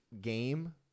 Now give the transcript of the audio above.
game